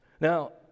Now